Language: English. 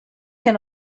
can